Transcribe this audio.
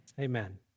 Amen